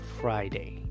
Friday